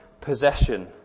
possession